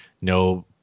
no